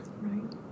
Right